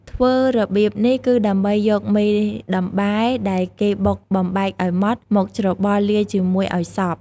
ធ្វើរបៀបនេះគឺដើម្បីយកមេដំបែដែលគេបុកបំបែកឲ្យម៉ត់ មកច្របល់លាយជាមួយឲ្យសព្វ ។